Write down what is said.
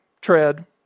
tread